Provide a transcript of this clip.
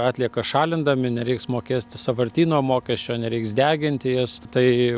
atliekas šalindami nereiks mokėti sąvartyno mokesčio nereiks deginti jas tai